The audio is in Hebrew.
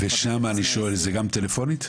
ושם אני שואל זה גם טלפונית?